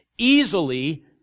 easily